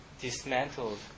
dismantled